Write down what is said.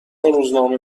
روزنامه